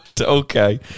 Okay